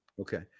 Okay